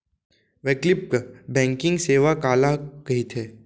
वैकल्पिक बैंकिंग सेवा काला कहिथे?